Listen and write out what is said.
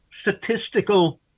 statistical